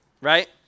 right